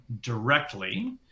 directly